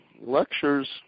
Lectures